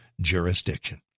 jurisdiction